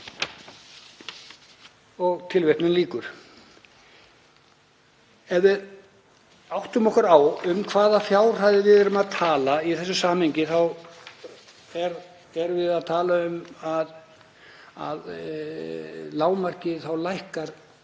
við frumvarpið.“ Ef við áttum okkur á um hvaða fjárhæðir við erum að tala í þessu samhengi þá erum við að tala um að hámarkið lækkar